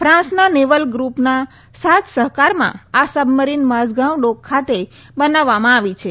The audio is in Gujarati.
ફાન્સના નેવલ ગ્રૂપના સાથસહકારમાં આ સબમરીન માઝગાવ ડોક ખાતે બનાવવામાં આવી છે